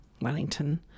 Wellington